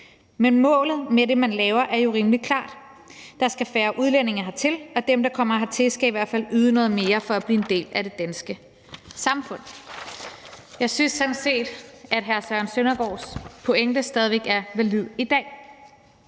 Men målet med det, man laver, er jo rimelig klart: Der skal færre udlændinge hertil, og dem, der kommer hertil, skal i hvert fald yde noget mere for at blive en del af det danske samfund.« Jeg synes sådan set, at hr. Søren Søndergaards pointe stadig væk er valid i dag.